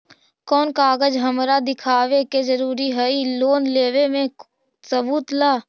कौन कागज हमरा दिखावे के जरूरी हई लोन लेवे में सबूत ला?